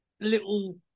little